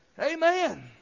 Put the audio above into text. Amen